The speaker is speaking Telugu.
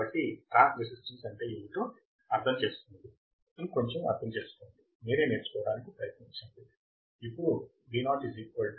కాబట్టి ట్రాన్స్రెసిస్టెన్స్ అంటే ఏమిటో అర్థం చేసుకోండి ఇంకొంచెం అర్థం చేసుకోండి మీరే నేర్చుకోవడానికి ప్రయత్నించండి